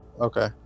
Okay